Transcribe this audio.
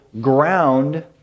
ground